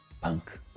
punk